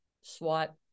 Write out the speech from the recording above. swat